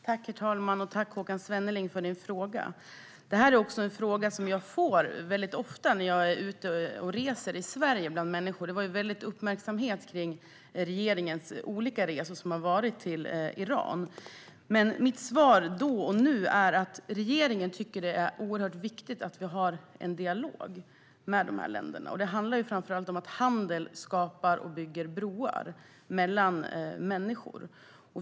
Herr talman! Tack för din fråga, Håkan Svenneling! Jag får ofta denna fråga av människor när jag är ute och reser i Sverige. Det har varit stor uppmärksamhet kring regeringens olika resor till Iran. Mitt svar då och nu är att regeringen tycker att det är oerhört viktigt att vi har en dialog med dessa länder. Det handlar framför allt om att handel skapar och bygger broar mellan människor.